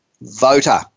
voter